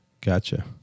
Gotcha